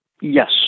yes